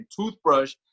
toothbrush